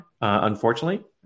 unfortunately